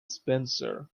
spencer